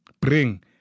bring